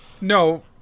No